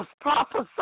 prophesied